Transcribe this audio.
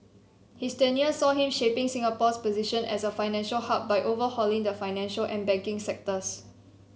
his tenure saw him shaping Singapore's position as a financial hub by overhauling the financial and banking sectors